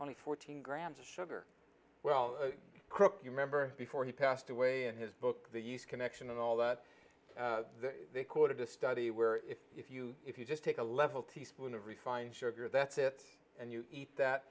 only fourteen grams of sugar well you remember before he passed away and his book the connection and all that they called it a study where if you if you just take a level teaspoon of refined sugar that's it and you eat that